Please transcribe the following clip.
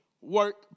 work